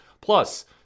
plus